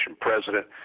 president